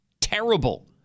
terrible